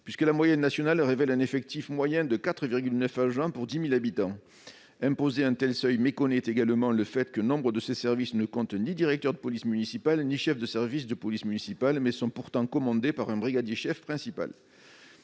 puisque la moyenne nationale révèle un effectif moyen de 4,9 agents pour 10 000 habitants. Imposer un tel seuil revient également à méconnaître le fait que nombre de ces services ne comptent ni directeur de police municipale ni chef de service de police municipale, mais sont pourtant commandés par un brigadier-chef principal.